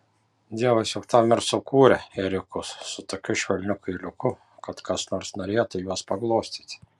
dievas juk tam ir sukūrė ėriukus su tokiu švelniu kailiuku kad kas nors norėtų juos paglostyti